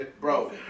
bro